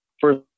First